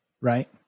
Right